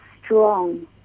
strong